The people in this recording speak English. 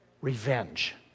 revenge